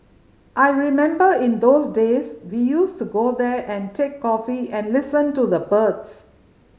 I remember in those days we used to go there and take coffee and listen to the birds